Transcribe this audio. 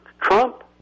Trump